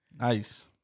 Nice